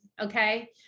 okay